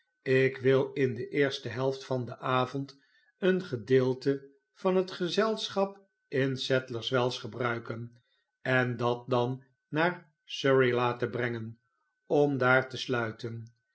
ik wil in de eerste helft van den avond een gedeelte van het gezelschap in sadlerswells gebruiken en dat dan naar surrey laten brengen om daar te sluiten